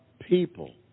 people